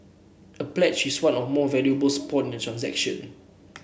a pledge is one or more valuables pawned in a transaction